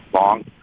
long